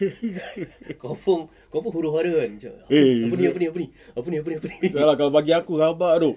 eh [sial] lah if bagi aku rabak dok